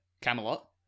Camelot